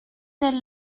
elle